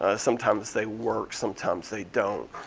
ah sometimes they work, sometimes they don't.